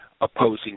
opposing